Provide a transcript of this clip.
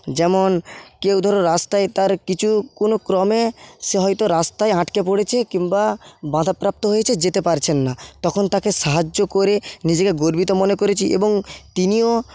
যেমন কেউ ধরো রাস্তায় তার কিছু কোনক্রমে সে হয়তো রাস্তায় আটকে পড়েছে কিংবা বাধাপ্রাপ্ত হয়েছে যেতে পারছেন না তখন তাকে সাহায্য করে নিজেকে গর্বিত মনে করেছি এবং তিনিও